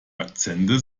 akzente